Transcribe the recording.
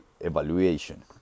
evaluation